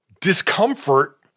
discomfort